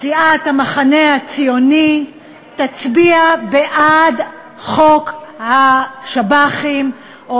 סיעת המחנה הציוני תצביע בעד חוק השב"חים או